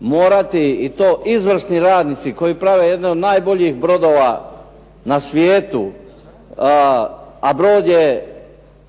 morati i to izvrsni radnici koji prave jedne od najboljih brodova na svijetu, a brod je